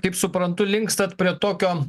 kaip suprantu linkstat prie tokio